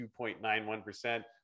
2.91%